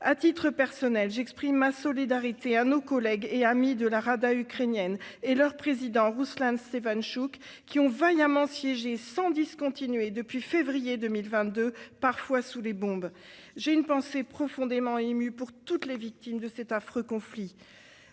À titre personnel, j'exprime ma solidarité à nos collègues et amis de la Rada ukrainienne et à leur président Rouslan Stefantchouk, qui ont vaillamment siégé sans discontinuer depuis février 2022, parfois sous les bombes. J'ai une pensée profondément émue pour toutes les victimes de cet affreux conflit.